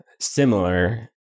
similar